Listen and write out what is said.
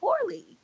poorly